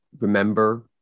remember